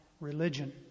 religion